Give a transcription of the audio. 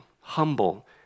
humble